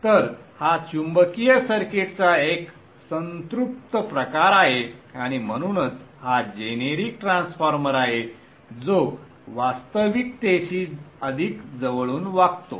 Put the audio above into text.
तर हा चुंबकीय सर्किटचा एक संतृप्त प्रकार आहे आणि म्हणूनच हा जेनेरिक ट्रान्सफॉर्मर आहे जो वास्तविकतेशी अधिक जवळून वागतो